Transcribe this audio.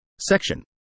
section